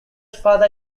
father